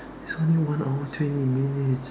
it's only one hour twenty minutes